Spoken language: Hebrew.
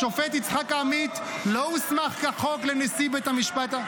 השופט יצחק עמית לא הוסמך כחוק לנשיא בית המשפט.